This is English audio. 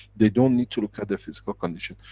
they don't need to look at the physical condition.